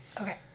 Okay